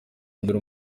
imbere